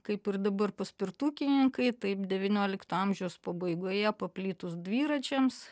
kaip ir dabar paspirtukininkai taip devyniolikto amžiaus pabaigoje paplitus dviračiams